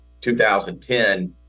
2010